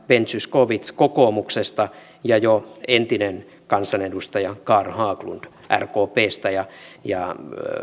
ben zyskowicz kokoomuksesta ja jo entinen kansanedustaja carl haglund rkpstä ja ja